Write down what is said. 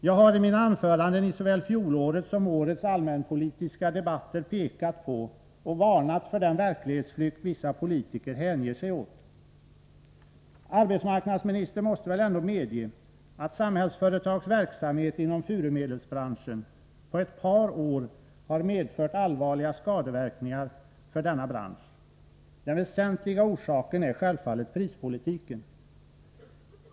Jag har i mina anföranden i såväl fjolårets som årets allmänpolitiska debatter pekat på och varnat för den verklighetsflykt vissa politiker hänger sig åt. Arbetsmarknadsministern måste väl ändå medge att Samhällsföretags verksamhet inom furumöbelsbranschen på ett par år har medfört allvarliga skadeverkningar för denna bransch. Den väsentliga orsaken är självfallet prispolitiken.